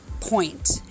point